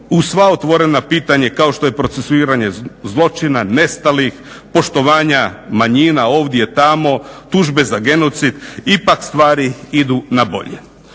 uz sva otvorena pitanja kao što je procesuiranje zločina, nestalih, poštovanja manjina ovdje, tamo, tužbe za genocid ipak stvari idu na bolje.